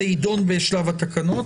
זה יידון בשלב התקנות,